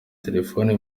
telefone